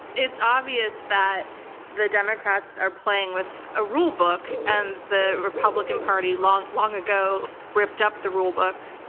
it's obvious that the democrats are playing with a rulebook and the republican party long long ago ripped up the rulebook,